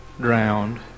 drowned